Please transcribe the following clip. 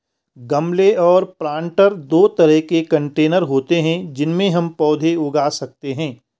गमले और प्लांटर दो तरह के कंटेनर होते है जिनमें हम पौधे उगा सकते है